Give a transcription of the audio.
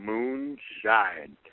Moonshine